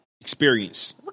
experience